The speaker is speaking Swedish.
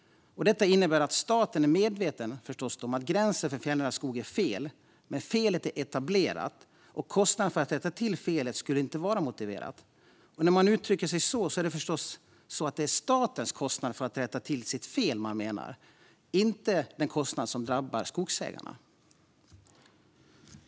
Detta innebär att staten är medveten om att gränsen för fjällnära skog är fel men att felet är etablerat och att kostnaderna för att rätta till felet inte skulle vara motiverade. När man uttrycker sig så är det förstås statens kostnad för att rätta till sitt fel man menar, inte den kostnad som drabbar skogsägarna.